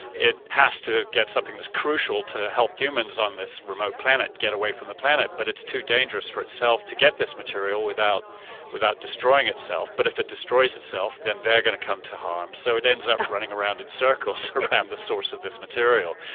it has to get something that's crucial to help humans on this remote planet to get away from the planet but it's too dangerous for itself to get this material without without destroying itself. but if it destroys itself then they are going to come to harm, so it ends up running around in circles around the source of this material.